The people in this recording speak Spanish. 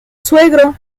suegro